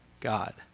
God